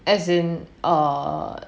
as in err